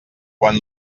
quan